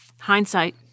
Hindsight